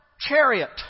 chariot